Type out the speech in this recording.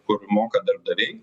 kur moka darbdaviai